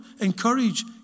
encourage